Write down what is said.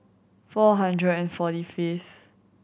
four hundred and forty fifth